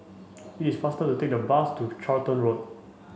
it is faster to take the bus to Charlton Road